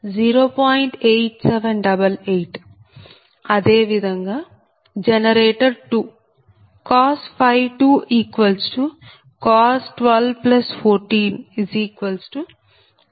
8788 అదే విధంగా జనరేటర్ 2 2 1214 0